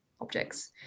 objects